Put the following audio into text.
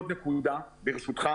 נקודה נוספת, ברשות היושב-ראש: